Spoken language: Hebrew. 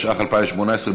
התשע"ח 2018,